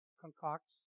concocts